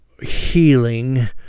healing